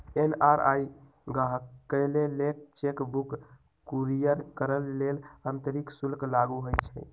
NRI गाहकके लेल cheque book courier करय लेल अतिरिक्त शुल्क लागू होइ छइ